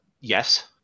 yes